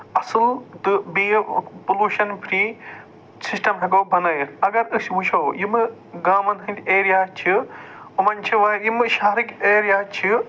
اَصٕل تہٕ بیٚیہِ پٔلوٗشَن فرٛی سِسٹم ہٮ۪کَو بَنٲوِتھ اَگر أسۍ وُچھو یِمہٕ گامَن ہٕنٛدۍ ایٚریا چھِ یِمَن چھِ واریاہ یِم شہرٕکۍ ایٚریا چھِ